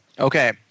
Okay